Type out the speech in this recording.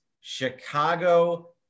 Chicago